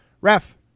ref